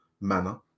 manner